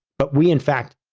but we, in fact,